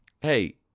Hey